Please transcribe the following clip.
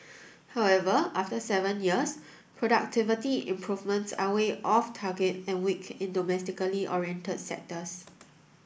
however after seven years productivity improvements are way off target and weak in domestically oriented sectors